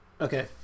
Okay